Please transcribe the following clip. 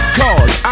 cause